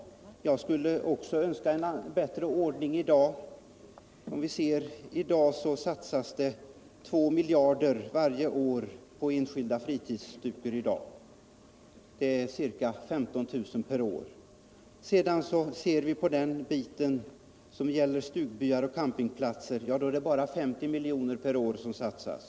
Jag skulle också önska Onsdagen den en bättre ordning därvidlag. Det satsas varje år två miljarder på enskilda 30 november 1977 fritidsstugor — vilket betyder ca 15 000 sådana hus om året. När det gäller stugbyar och campingplatser är det bara 50 miljoner per år som satsas.